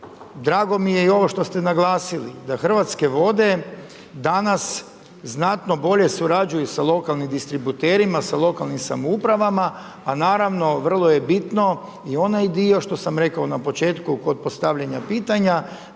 drago mi je i ovo što ste naglasili da Hrvatske vode danas znatno bolje surađuju sa lokalnim distributerima, sa lokalnim samoupravama, a naravno vrlo je bitno, i onaj dio što sam rekao na početku kod postavljanja pitanja,